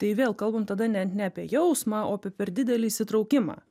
tai vėl kalbam tada net ne apie jausmą o apie per didelį įsitraukimą